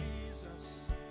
Jesus